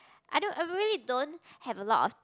I don't I probably don't have a lot of